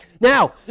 now